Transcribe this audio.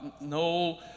no